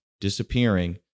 disappearing